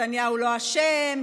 נתניהו לא אשם,